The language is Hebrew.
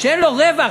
שאין לו רווח,